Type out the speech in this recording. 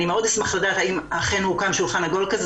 אני מאוד אשמח לדעת האם אכן הוקם שולחן עגול כזה.